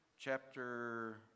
chapter